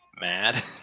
mad